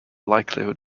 likelihood